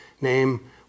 name